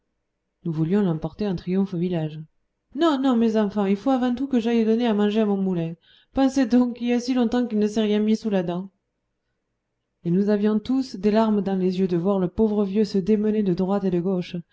nous voulions l'emporter en triomphe au village non non mes enfants il faut avant tout que j'aille donner à manger à mon moulin pensez donc il y a si longtemps qu'il ne s'est rien mis sous la dent et nous avions tous des larmes dans les yeux de voir le pauvre vieux se démener de droite et de gauche